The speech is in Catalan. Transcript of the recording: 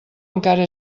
encara